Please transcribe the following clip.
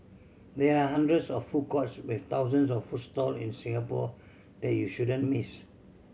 there are hundreds of food courts with thousands of food stall in Singapore that you shouldn't miss